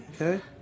Okay